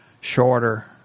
shorter